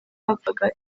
bapfaga